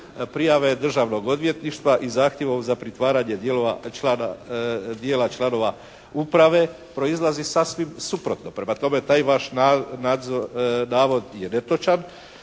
prijave Državnog odvjetništva i zahtjevom za pritvaranje dijela članova uprave proizlazi sasvim suprotno. Prema tome, taj vaš navod je netočan